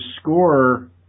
score